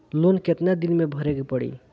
Loan कितना दिन मे भरे के पड़ी?